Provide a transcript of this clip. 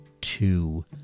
two